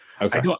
Okay